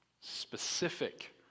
Specific